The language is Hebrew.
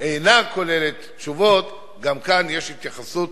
אינה כוללת תשובות עליהם, גם כאן יש התייחסות